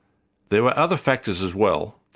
there were other factors as well,